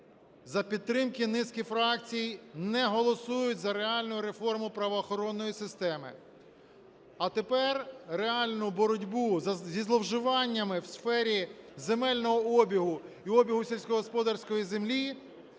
за підтримки низки фракцій не голосують за реальну реформу правоохоронної системи. А тепер на реальну боротьбу зі зловживаннями у сфері земельного обігу і обігу сільськогосподарської землі